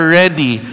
ready